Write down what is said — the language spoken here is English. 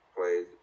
plays